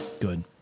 Good